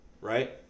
right